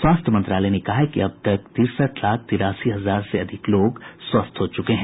स्वास्थ्य मंत्रालय ने कहा कि अब तक तिरसठ लाख तिरासी हजार से अधिक लोग स्वस्थ हो चुके हैं